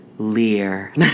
Lear